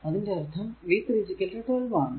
അതിന്റെ അർഥം v 3 12 ആണ്